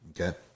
Okay